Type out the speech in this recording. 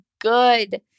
good